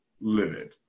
livid